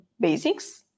basics